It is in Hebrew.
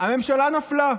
הממשלה נפלה.